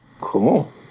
Cool